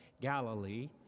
Galilee